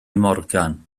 morgan